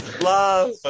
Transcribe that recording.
Love